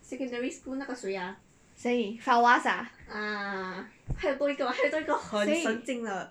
secondary school 那个谁 ah ah 还有多一个 [what] 还有多一个很神经的